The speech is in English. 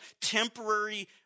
temporary